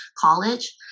College